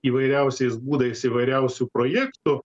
įvairiausiais būdais įvairiausių projektų